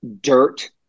dirt